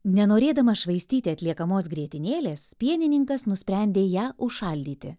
nenorėdamas švaistyti atliekamos grietinėlės pienininkas nusprendė ją užšaldyti